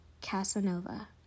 Casanova